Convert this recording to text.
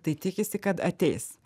tai tikisi kad ateis